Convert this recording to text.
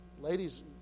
ladies